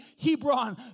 Hebron